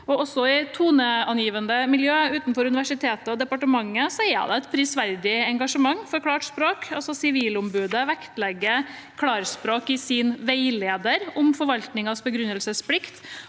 Også i toneangivende miljøer utenfor universitetet og departementet er det et prisverdig engasjement for klart språk. Sivilombudet vektlegger klarspråk i sin veileder om forvaltningens begrunnelsesplikt,